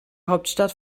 hauptstadt